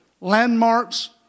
landmarks